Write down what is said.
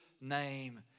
name